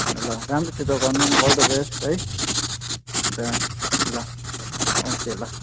ल राम्रोसित गर्नु अल द बेस्ट है ल ल ओके ल